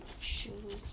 shoes